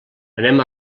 anem